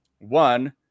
one